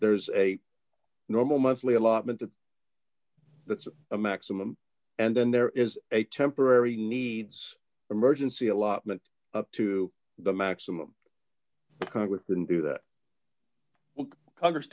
there's a normal monthly allotment of that's a maximum and then there is a temporary needs emergency allotment to the maximum that congress can do that congress